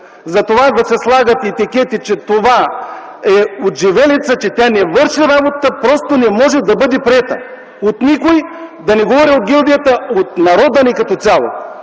Тошево. Да се дават етикети, че това е отживелица и тя не върши работа, просто не може да бъде прието от никого, да не говоря от гилдията, а и от народа ни като цяло!